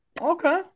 Okay